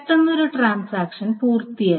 പെട്ടെന്ന് ഒരു ട്രാൻസാക്ഷൻ പൂർത്തിയായി